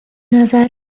نظر